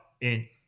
in-